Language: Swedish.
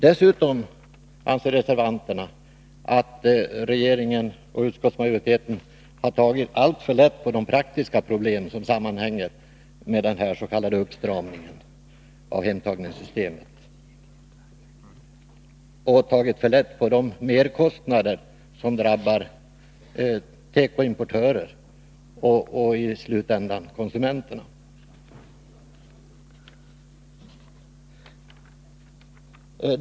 Dessutom anser reservanterna att regeringen och utskottsmajoriteten har tagit alltför lätt på de praktiska problem som sammanhänger med den s.k. uppstramningen av hemtagningssystemet liksom på de merkostnader som drabbar tekoimportörer och i slutändan konsumenterna.